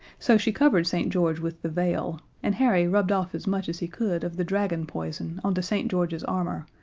so she covered st. george with the veil, and harry rubbed off as much as he could of the dragon poison onto st. george's armor,